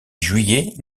juillet